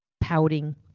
Pouting